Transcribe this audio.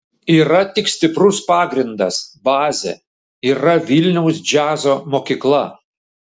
yra tik stiprus pagrindas bazė yra vilniaus džiazo mokykla